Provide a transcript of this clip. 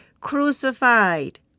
crucified